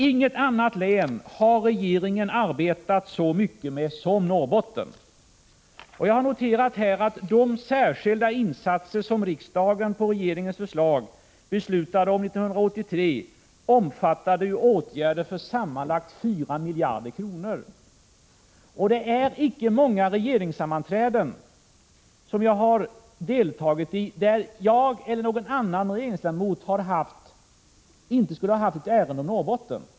Inget annat län har regeringen arbetat så mycket med som Norrbotten. Jag har noterat att de särskilda insatser som riksdagen på regeringens förslag beslutade om 1983 omfattade åtgärder för sammanlagt 4 miljarder kronor. Det är inte många av de regeringssammanträden som jag har deltagit i då jag eller någon annan regeringsledamot inte har haft ett ärende om Norrbotten.